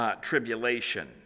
tribulation